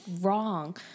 wrong